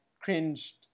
cringed